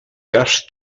cas